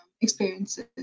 experiences